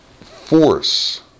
Force